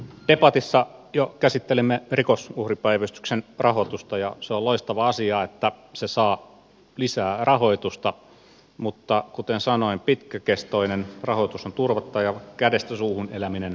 debatissa jo käsittelimme rikosuhripäivystyksen rahoitusta ja on loistava asia että se saa lisää rahoitusta mutta kuten sanoin pitkäkestoinen rahoitus on turvattava ja kädestä suuhun elämisen on loputtava